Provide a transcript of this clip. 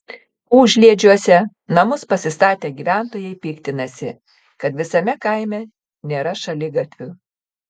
užliedžiuose namus pasistatę gyventojai piktinasi kad visame kaime nėra šaligatvių